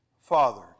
father